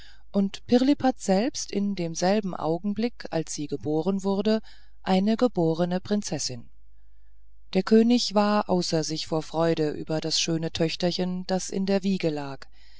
und pirlipat selbst in demselben augenblick als sie geboren wurde eine geborne prinzessin der könig war außer sich vor freude über das schöne töchterchen das in der wiege lag